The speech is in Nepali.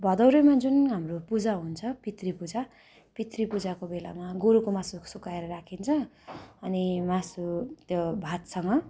भदौरेमा जुन हाम्रो पूजा हुन्छ पितृ पूजा पितृ पूजाको बेलामा गोरुको मासु सुकाएर राखिन्छ अनि मासु त्यो भातसँग